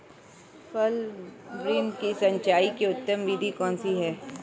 फल वृक्ष की सिंचाई की उत्तम विधि कौन सी है?